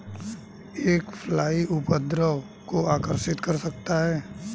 एक फ्लाई उपद्रव को आकर्षित कर सकता है?